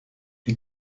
die